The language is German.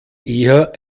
eher